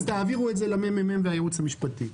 אז תעבירו את זה לממ"מ ולייעוץ המשפטי,